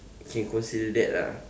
can consider that ah